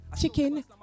chicken